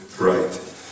right